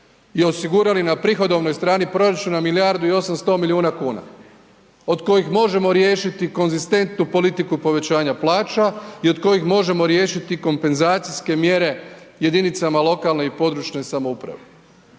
i osigurali na prihodovnoj strani proračuna milijardu i 800 milijuna kuna, od kojih možemo riješiti konzistentnu politiku povećanja plaća i od kojih možemo riješiti kompenzacijske mjere jedinicama lokalne i područne samouprave